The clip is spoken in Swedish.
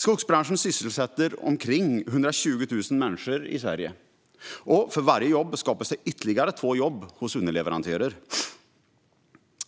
Skogsbranschen sysselsätter omkring 120 000 personer i Sverige, och för varje jobb skapas ytterligare två jobb hos underleverantörer.